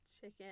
Chicken